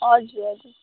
हजुर हजुर